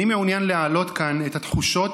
אני מעוניין להעלות כאן את התחושות,